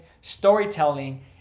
storytelling